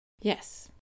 Yes